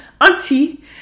Auntie